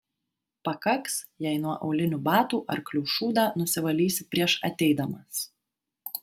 pakaks jei nuo aulinių batų arklių šūdą nusivalysi prieš ateidamas